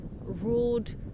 ruled